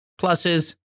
pluses